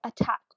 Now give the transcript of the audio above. attack